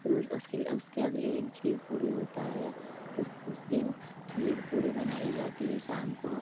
रोज़ उसके उसके अगले दिन खीर पूड़ी होती है उस उस दिन खीर पूड़ी बनाई जाती है शाम को